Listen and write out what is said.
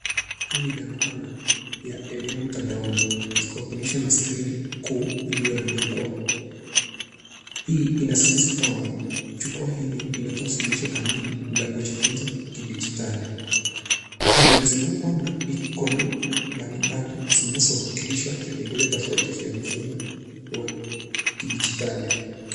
Hii ni dhana pana ya elimu mtandaoni ikiwakilishwa na skrini kuu iliyoandikwa. Hii inasisitiza kwamba jukwaa hili linatoa suluhisho kamili la kujifunza kidigitali. Imezungukwa na ikoni mbalimbali zinazowakilisha vipengele tofauti vya mfumo wa kidijitali.